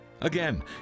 Again